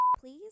please